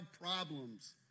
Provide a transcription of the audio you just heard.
problems